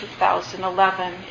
2011